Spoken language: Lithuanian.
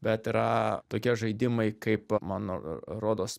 bet yra tokie žaidimai kaip man rodos